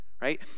Right